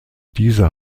dieser